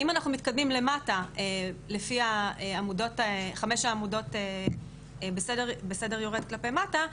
אם אנחנו מתקדמים למטה לפי חמש העמודות בסדר יורד כלפי מטה,